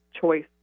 choice